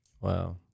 Wow